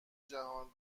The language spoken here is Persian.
جهان